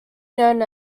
known